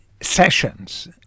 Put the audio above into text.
Sessions